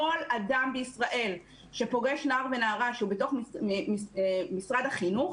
כל אדם בישראל שפוגש נער ונערה שהוא בתוך משרד החינוך,